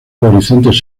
horizontes